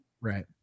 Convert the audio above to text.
Right